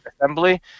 assembly